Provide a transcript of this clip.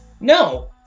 No